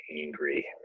angry